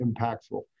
impactful